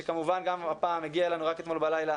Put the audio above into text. שכמובן גם הפעם הגיע אלינו רק אתמול בלילה.